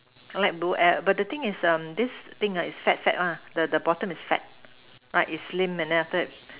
like blue air but the thing is um this thing is fat fat one the the bottom is fat right is slim and then after that